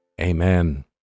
Amen